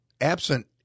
absent